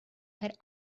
had